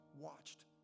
watched